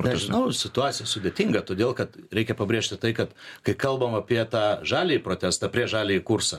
nežinau situacija sudėtinga todėl kad reikia pabrėžti tai kad kai kalbam apie tą žaliąjį protestą prieš žaliąjį kursą